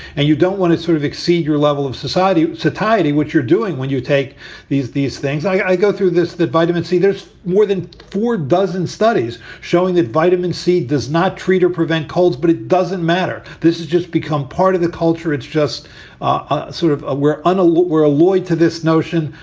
and you don't want to sort of exceed your level of society satiety. what you're doing when you take these these things, i go through this that vitamin c, there's more than four dozen studies showing that vitamin c does not treat or prevent colds. but it doesn't matter. this is just become part of the culture. it's just ah sort of ah we're and unelect. we're alloyed to this notion,